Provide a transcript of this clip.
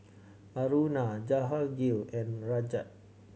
Aruna Jahangir and Rajat